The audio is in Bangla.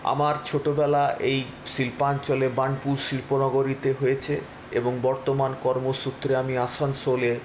আমার ছোটবেলা এই শিল্পাঞ্চলে বার্নপুর শিল্পনগরীতে হয়েছে এবং বর্তমান কর্মসূত্রে আমি আসানসোলে